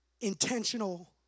intentional